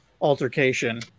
altercation